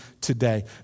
today